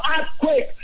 earthquake